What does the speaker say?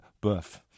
boof